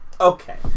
Okay